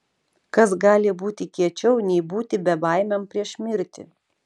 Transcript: kas gali būti kiečiau nei būti bebaimiam prieš mirtį